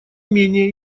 менее